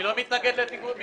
אני לא מתנגד למיגון הניוד.